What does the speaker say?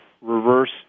reverse